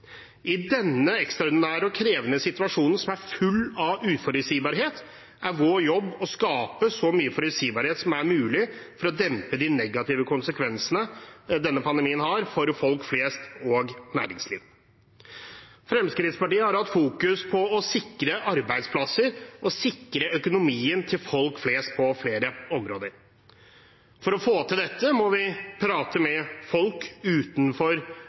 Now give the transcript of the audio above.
I denne ekstraordinære og krevende situasjonen, som er full av uforutsigbarhet, er vår jobb å skape så mye forutsigbarhet som mulig for å dempe de negative konsekvensene denne pandemien har for folk flest og næringsliv. Fremskrittspartiet har hatt fokus på å sikre arbeidsplasser og å sikre økonomien til folk flest på flere områder. For å få til dette må vi prate med folk utenfor